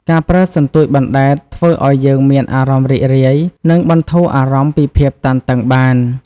ការប្រើសន្ទូចបណ្ដែតធ្វើឲ្យយើងមានអារម្មណ៍រីករាយ និងបន្ធូរអារម្មណ៍ពីភាពតានតឹងបាន។